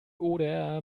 oder